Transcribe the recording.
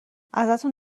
ازتون